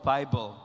Bible